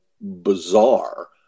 bizarre